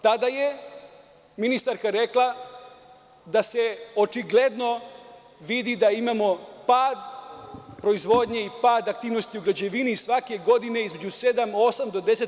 Tada je ministarska rekla da se očigledno vidi da imamo pad proizvodnje i pad aktivnosti u građevini svake godine između 7, 8 do 10%